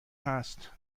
هست